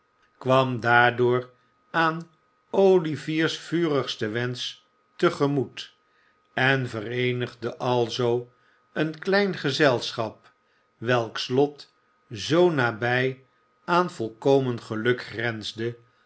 kwam daardoor aan olivier's vurigsten wensch te gemoet en vereenigde alzoo een klein gezelschap welks lot zoo nabij aan volkomen geluk grensde